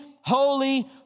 holy